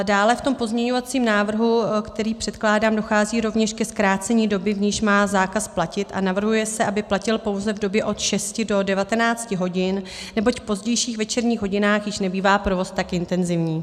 Dále v tom pozměňovacím návrhu, který předkládám, dochází rovněž ke zkrácení doby, v níž má zákaz platit, a navrhuje se, aby platil pouze v době od 6 do 19 hodin, neboť v pozdějších večerních hodinách již nebývá provoz tak intenzivní.